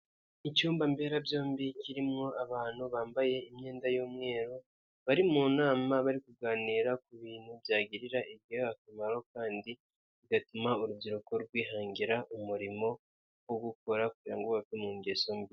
Icyumba mberabyombi kimo abantu bambaye imyenda y'umweru bari mu nama bari kuganira ku bintu byagirira igihugu akamaro kandi bigatuma urubyiruko rwihangira umurimo wo gukora kugira ngo bave mu ngeso mbi.